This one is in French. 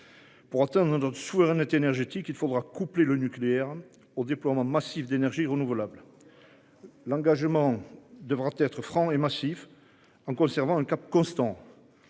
Pour autant notre souveraineté énergétique, il faudra couper le nucléaire au déploiement massif d'énergies renouvelables. L'engagement devra être franc et massif en conservant un cap constant.